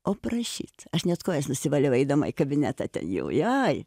o prašyt aš net kojas nusivaliau eidama į kabinetą ten jau jai